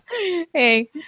Hey